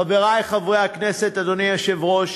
חברי חברי הכנסת, אדוני היושב-ראש,